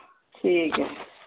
ठीक ऐ